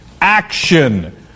Action